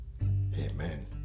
Amen